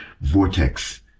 Vortex